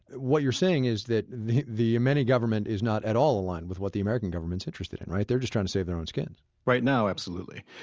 what you're saying is that the the yemeni government is not at all aligned with what the american government's interested in, right? they're just trying to save their own skin right now, absolutely.